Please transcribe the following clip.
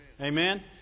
Amen